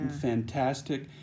fantastic